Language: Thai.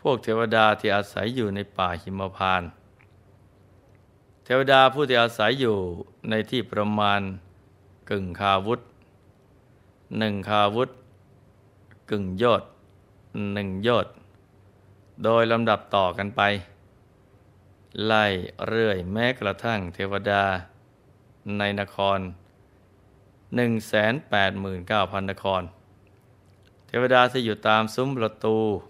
พวกเทวดาที่อาศัยอยู่ในป่าหิมพานต์ เทวดาผู้ที่อาศัยอยู่ในที่ประมาณกึ่งคาวุธ หนึ่งคาวุธ กึ่งโยชน์ หนึ่งโยชน์ โดยลำดับต่อกันไป ไล่เรื่อยแม้กระทั่งเทวดาในนคร 189,000 นคร เทวดาที่อยู่ตามซุ้มประตู